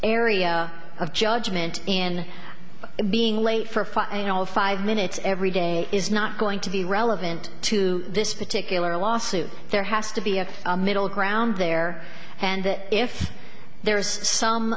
area of judgment in being late for fighting all of five minutes every day is not going to be relevant to this particular lawsuit there has to be a middle ground there and that if there's some